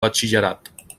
batxillerat